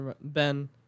Ben